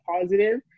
positive